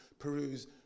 Peru's